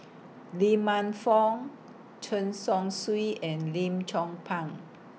Lee Man Fong Chen Chong Swee and Lim Chong Pang